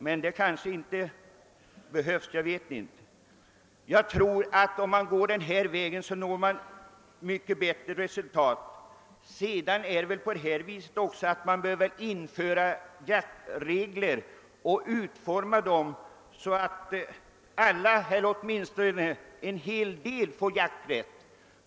Men det kanske inte behövs; jag vet inte. Jag tror att man når mycket bättre resultat om man går denna väg. Man bör även införa jaktregler och utforma dem så, att jaktintresserade människor får jakträtt.